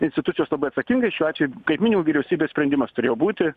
institucijos labai atsakingai šiuo atveju kaip minimum vyriausybės sprendimas turėjo būti